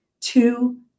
two